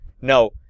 Now